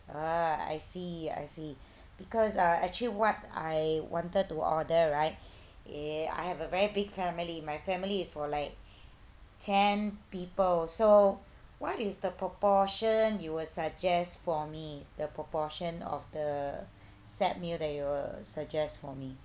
oh I see I see because uh actually what I wanted to order right uh I have a very big family my family is for like ten people so what is the proportion you will suggest for me the proportion of the set meal that you will suggest for me